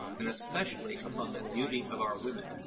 and especially upon the beauty of our women.